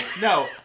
No